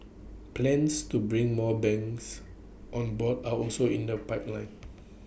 plans to bring more banks on board are also in the pipeline